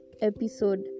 episode